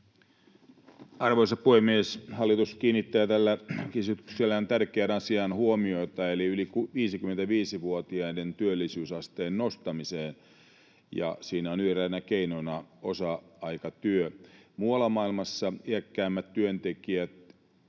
Arvoisa puhemies! Hallitus kiinnittää tällä esityksellään tärkeään asiaan huomiota, eli yli 55-vuotiaiden työllisyysasteen nostamiseen, ja siinä on eräänä keinona osa-aikatyö. Muualla maailmassa iäkkäämmät työntekijät